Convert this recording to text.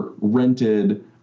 rented